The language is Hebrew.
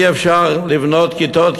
אי-אפשר לבנות כיתות,